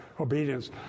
obedience